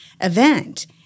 event